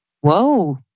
whoa